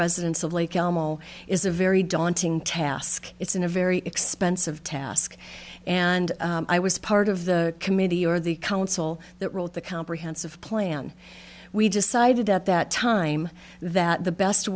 residents of lake animal is a very daunting task it's in a very expensive task and i was part of the committee or the council that wrote the comprehensive plan we decided at that time that the best